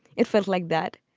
it felt like that.